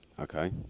Okay